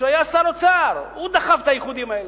כשהוא היה שר אוצר, הוא דחף את האיחודים האלה.